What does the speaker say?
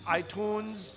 iTunes